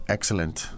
Excellent